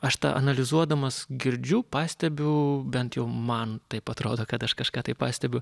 aš tą analizuodamas girdžiu pastebiu bent jau man taip atrodo kad aš kažką tai pastebiu